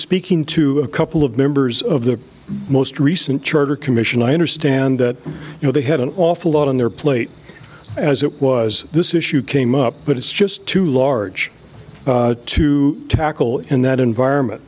speaking to a couple of members of the most recent charter commission i understand that you know they had an awful lot on their plate as it was this issue came up but it's just too large to tackle in that environment